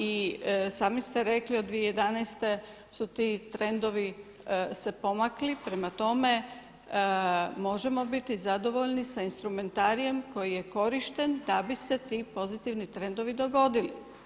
I sami ste rekli od 2011. su ti trendovi se pomakli, prema tome možemo biti zadovoljni sa instrumentarijem koji je korišten da bi se ti pozitivni trendovi dogodili.